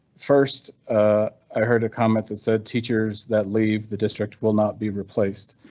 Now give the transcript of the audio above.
first i heard a comment that said teachers that leave the district will not be replaced.